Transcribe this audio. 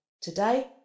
Today